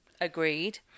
Agreed